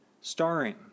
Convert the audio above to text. starring